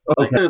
Okay